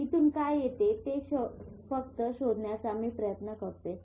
इथून काय येते ते मी फक्त शोधण्याचा प्रयत्न करतोय